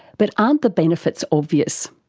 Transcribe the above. but aren't the benefits obvious?